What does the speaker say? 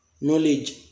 knowledge